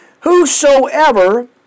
Whosoever